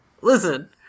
Listen